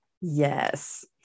Yes